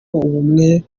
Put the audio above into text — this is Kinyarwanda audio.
ubumwe